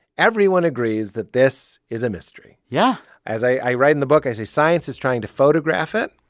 everyone agrees that this is a mystery yeah as i write in the book, i say science is trying to photograph it,